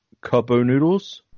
cup-o'-noodles